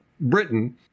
Britain